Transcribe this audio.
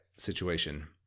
Situation